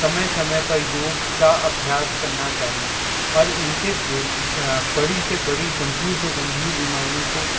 समय समय पर योग का अभ्यास करना चाहिए और इनसे बड़ी से बड़ी गम्भीर से गम्भीर बीमारियों को